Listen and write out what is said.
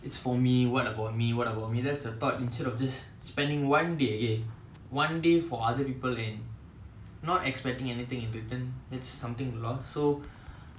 buying that big house its going to be an impediment in my goals and my journey in life